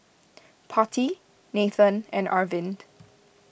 Potti Nathan and Arvind